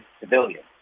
civilians